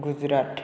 Gujarat